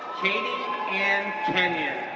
katie ann kenyon,